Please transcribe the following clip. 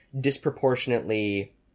disproportionately